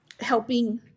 Helping